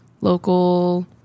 local